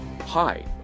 Hi